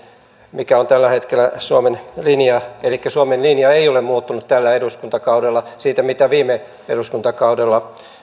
mikä on tällä hetkellä suomen linja elikkä suomen linja ei ole muuttunut tällä eduskuntakaudella siitä mitä viime eduskuntakaudella